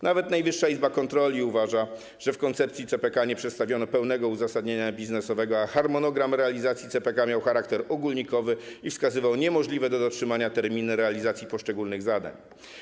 Nawet Najwyższa Izba Kontroli uważa, że w koncepcji CPK nie przedstawiono pełnego uzasadnienia biznesowego, a harmonogram realizacji CPK miał charakter ogólnikowy i wskazywał niemożliwe do dotrzymania terminy realizacji poszczególnych zadań.